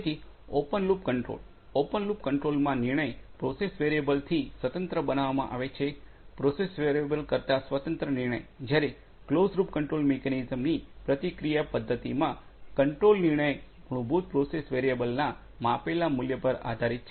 તેથી open loop control open loop કંટ્રોલમા નિર્ણય પ્રોસેસ વેરિયેબલથી સ્વતંત્ર બનાવવામાં આવે છે પ્રોસેસ વેરિયેબલ કરતાં સ્વતંત્ર નિયંત્રણ જ્યારે કલોઝડ લૂપ કંટ્રોલ મિકેનિઝમની પ્રતિક્રિયા પદ્ધતિમાં કંટ્રોલ નિર્ણય મૂળભૂત પ્રોસેસ વેરિયેબલના માપેલા મૂલ્ય પર આધારિત છે